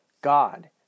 God